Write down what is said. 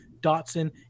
Dotson